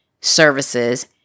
services